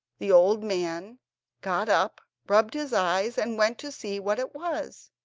the old man got up, rubbed his eyes, and went to see what it was,